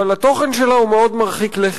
אבל התוכן שלה הוא מאוד מרחיק לכת,